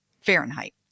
Fahrenheit